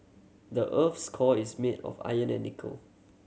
the earth's core is made of iron and nickel